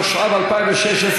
התשע"ו 2016,